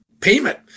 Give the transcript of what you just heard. payment